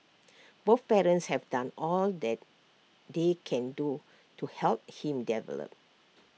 both parents have done all that they can do to help him develop